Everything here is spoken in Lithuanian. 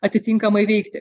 atitinkamai veikti